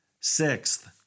Sixth